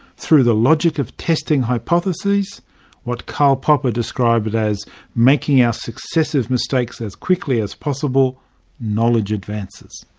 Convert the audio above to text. through the logic of testing hypotheses what karl popper described as making our successive mistakes as quickly as possible knowledge advances.